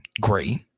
great